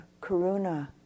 karuna